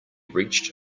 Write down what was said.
reached